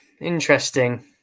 Interesting